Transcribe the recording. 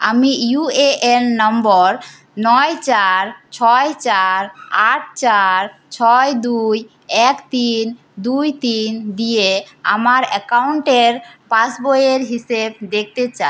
আমি U A N number নয় চার ছয় চার আট চার ছয় দুই এক তিন দুই তিন দিয়ে আমার অ্যাকাউন্টের পাসবইয়ের হিসেব দেখতে চাই